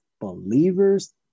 believers